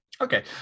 Okay